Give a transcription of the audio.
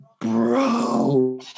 Bro